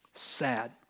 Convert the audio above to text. Sad